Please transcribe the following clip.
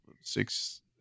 six